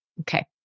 Okay